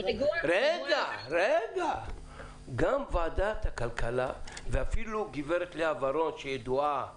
גם ועדת הכלכלה, ואפילו גברת לאה ורון שידועה